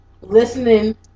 listening